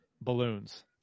balloons